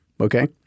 Okay